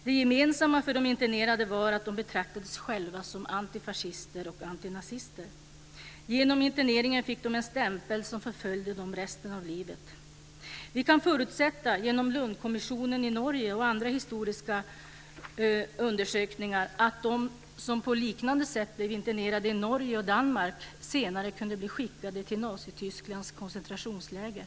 Det gemensamma för de internerade var att de betraktade sig själva som antifascister och antinazister. Genom interneringen fick de en stämpel som förföljde dem resten av livet. Genom Lundkommissionen i Norge och andra historiska undersökningar kan vi se att de som på liknande sätt blev internerade i Norge och Danmark senare kunde bli skickade till Nazitysklands koncentrationsläger.